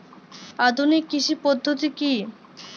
আধুনিক কৃষি পদ্ধতি কী?